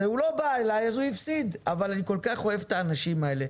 הוא לא בא אלי אז הוא הפסיד אבל אני כל-כך אוהב את האנשים האלה.